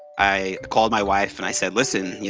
i called my wife and i said, listen, yeah